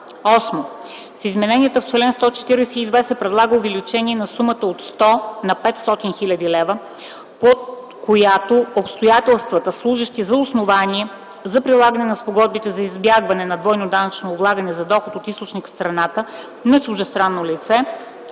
8. С измененията в чл. 142 се предлага увеличение на сумата от 100 000 на 500 000 лв., под която обстоятелствата, служещи за основание за прилагане на спогодбите за избягване на двойното данъчно облагане за доход от източник в страната на чуждестранно лице,